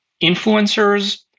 influencers